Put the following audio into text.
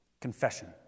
confession